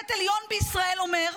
שופט עליון בישראל אומר: